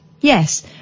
Yes